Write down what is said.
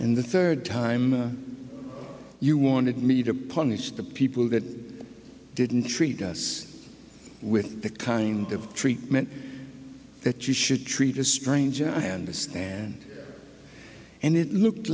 in the third time you wanted me to punish the people that didn't treat us with the kind of treatment that you should treat a stranger i understand and it looked